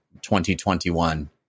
2021